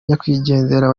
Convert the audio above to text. nyakwigendera